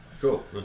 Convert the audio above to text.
Cool